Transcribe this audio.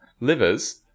livers